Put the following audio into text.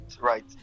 right